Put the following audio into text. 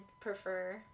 prefer